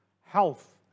health